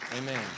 Amen